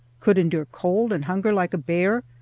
could endure cold and hunger like a bear,